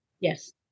Yes